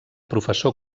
professor